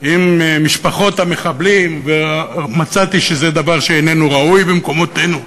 עם משפחות המחבלים ומצאתי שזה דבר שאיננו ראוי במקומותינו.